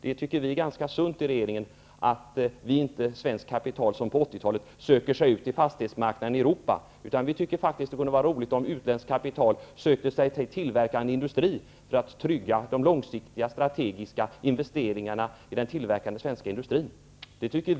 Vi tycker att det är ganska sunt att svenskt kapital nu inte som på 80 talet söker sig ut till fastighetsmarknaden i Europa, utan vi tycker faktiskt att det kunde vara roligt om utländskt kapital sökte sig till tillverkande industri så att de långsiktiga, strategiska investeringarna i den tillverkande svenska industrin kunde tryggas.